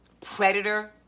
Predator